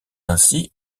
ainsi